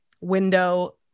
window